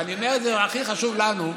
ואני אומר שזה הכי חשוב לנו,